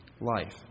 life